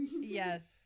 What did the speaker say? Yes